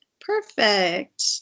Perfect